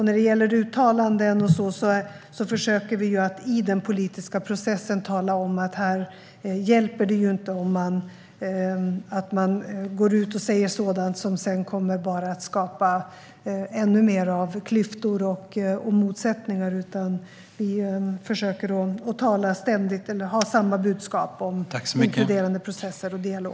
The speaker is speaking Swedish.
När det gäller uttalanden försöker vi i den politiska processen att tala om att här är det inte någon hjälp om man går ut och säger sådant som sedan bara kommer att skapa ännu mer av klyftor och motsättningar. Vi försöker ständigt ha samma budskap om inkluderande processer och dialog.